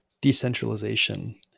decentralization